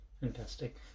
Fantastic